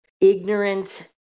ignorant